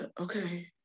okay